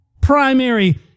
primary